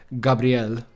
Gabriel